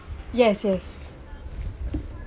yes yes